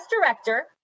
director